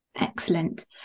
Excellent